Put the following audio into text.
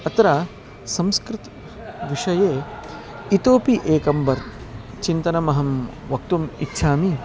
अत्र संस्कृतविषये इतोऽपि एकं वर् चिन्तनमहं वक्तुम् इच्छामि